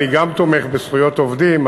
אני גם תומך בזכויות עובדים,